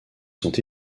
sont